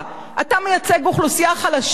אתה מייצג אוכלוסייה חלשה.